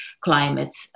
climate